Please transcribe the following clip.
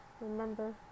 remember